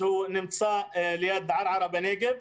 שנמצא ליד ערערה בנגב,